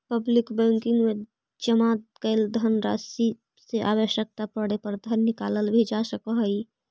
public banking में जमा कैल धनराशि से आवश्यकता पड़े पर धन निकालल भी जा सकऽ हइ